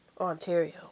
Ontario